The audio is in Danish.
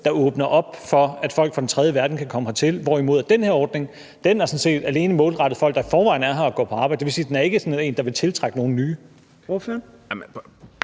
der åbner op for, at folk fra den tredje verden kan komme hertil, hvorimod den her ordning sådan set alene er målrettet folk, der i forvejen er her og går på arbejde. Det vil sige, at det ikke er en, der vil tiltrække nogen nye.